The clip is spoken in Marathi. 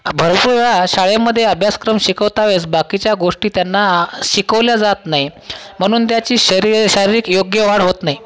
भरपूर वेळा शाळेमध्ये अभ्यासक्रम शिकवता वेळेस बाकीच्या गोष्टी त्यांना आ शिकवल्या जात नाहीत म्हणून त्याची शरीरी शारीरिक योग्य वाढ होत नाही